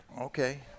Okay